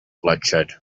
bloodshed